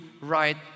right